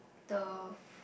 the